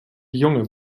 junge